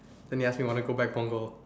and he ask me want to go back Punggol